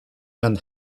and